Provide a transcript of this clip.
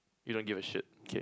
you don't give a shit okay